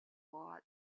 bought